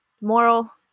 Moral